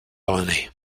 colony